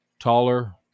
taller